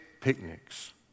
picnics